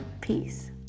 peace